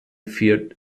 feared